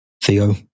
Theo